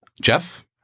Jeff